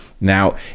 Now